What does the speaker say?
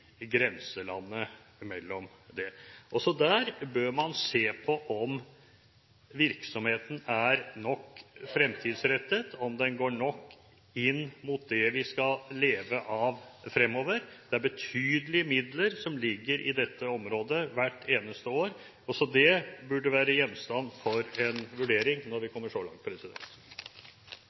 grenselandet. Også her bør man se på om virksomheten er fremtidsrettet nok, om den går nok inn mot det vi skal leve av fremover. Det er betydelige midler som ligger i dette området hvert eneste år. Også det burde være gjenstand for en vurdering når vi kommer så langt.